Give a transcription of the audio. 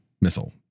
missile